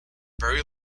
very